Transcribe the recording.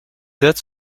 dates